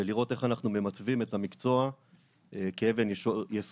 ולראות איך אנחנו ממצבים את המקצוע כאבן יסוד